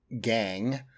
gang